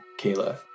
Kayla